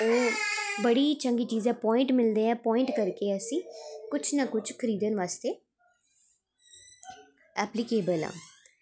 बड़ी चंगी चीजां प्वाइंट मिलदे ऐ प्वाइंट करदे असी कुछ ना कुछ खरीदन बास्तै एप्लीकेबल आं